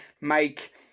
make